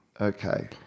okay